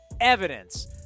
evidence